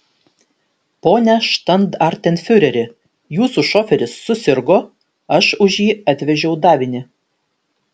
pone štandartenfiureri jūsų šoferis susirgo aš už jį atvežiau davinį